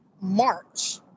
March